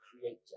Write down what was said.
creator